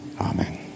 Amen